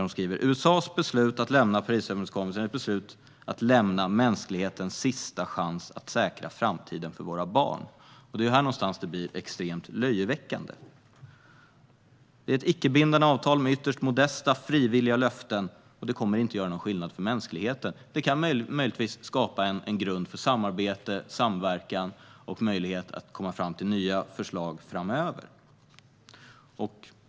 Hon skriver att USA:s beslut att lämna Parisöverenskommelsen är ett beslut att lämna mänsklighetens sista chans att säkra framtiden för våra barn. Det är här någonstans som det blir extremt löjeväckande. Det handlar om ett icke-bindande avtal med ytterst modesta frivilliga löften. Det kommer inte att göra någon skillnad för mänskligheten. Det kan möjligtvis skapa en grund för samarbete, samverkan och möjlighet att komma fram till nya förslag framöver.